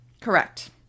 Correct